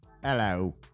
Hello